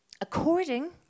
According